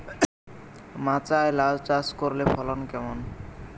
মাচায় লাউ চাষ করলে ফলন কেমন?